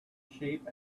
sheep